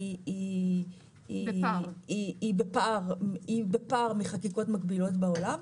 היא בפער מחקיקות מקבילות בעולם,